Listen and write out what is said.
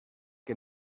que